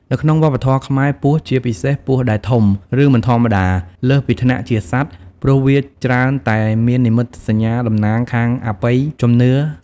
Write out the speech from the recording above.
នៅក្នុងវប្បធម៌ខ្មែរ ពស់ ជាពិសេសពស់ដែលធំ ឬមិនធម្មតា លើសពីថ្នាក់ជាសត្វ ព្រោះវាច្រើនតែមាននិមិត្តសញ្ញាតំណាងខាងអបិយជំនឿ។